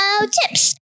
tips